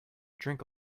drink